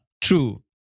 true